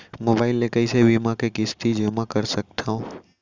Mobile ले कइसे बीमा के किस्ती जेमा कर सकथव?